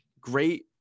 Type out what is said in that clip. great